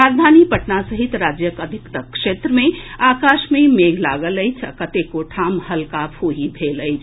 राजधानी पटना सहित राज्यक अधिकतर क्षेत्र मे आकाश मे मेघ लागल अछि आ कतेको ठाम हल्का फूंहि भेल अछि